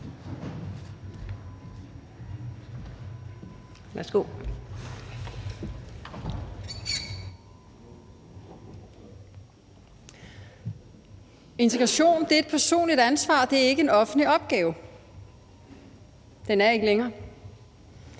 Integration er et personligt ansvar. Det er ikke en offentlig opgave. Den er ikke længere.